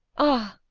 ah!